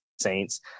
Saints